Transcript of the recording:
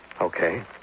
Okay